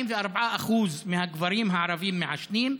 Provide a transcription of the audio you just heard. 44% מהגברים הערבים מעשנים,